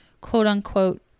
quote-unquote